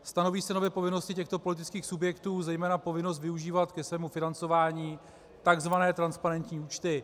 Stanoví se nově povinnosti těchto politických subjektů, zejména povinnost využívat ke svému financování tzv. transparentní účty.